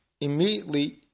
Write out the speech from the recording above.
immediately